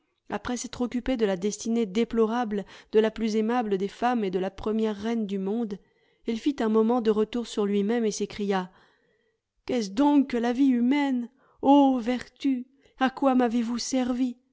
après s'être occupé de la destinée déplorable de la plus aimable des femmes et de la première reine du monde il fit un moment de retour sur lui-même et s'écria qu'est-ce donc que la vie humaine o vertu à quoi m'avez-vous servi